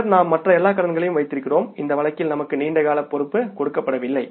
பின்னர் நாம் மற்ற எல்லா கடன்களையும் வைக்கிறோம் இந்த வழக்கில் நமக்கு நீண்ட கால பொறுப்பு கொடுக்கப்படவில்லை